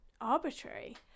arbitrary